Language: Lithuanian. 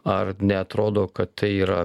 ar neatrodo kad tai yra